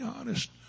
honest